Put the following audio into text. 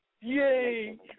Yay